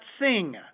sing